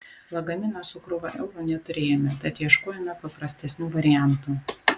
lagamino su krūva eurų neturėjome tad ieškojome paprastesnių variantų